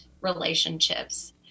relationships